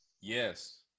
yes